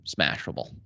smashable